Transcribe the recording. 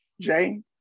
Jay